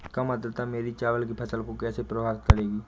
कम आर्द्रता मेरी चावल की फसल को कैसे प्रभावित करेगी?